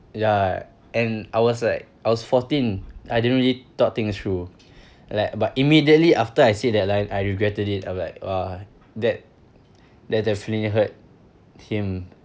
ya and I was like I was fourteen I didn't really thought things through like but immediately after I said that line I regretted it I'm like !wah! that that definitely hurt him